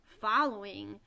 following